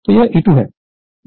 तो यह E2 है